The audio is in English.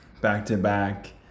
back-to-back